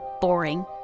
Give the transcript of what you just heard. boring